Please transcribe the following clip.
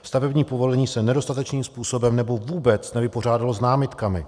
Stavební povolení se nedostatečným způsobem nebo vůbec nevypořádalo s námitkami.